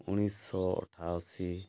ଉଣେଇଶହ ଅଠାଅଶୀ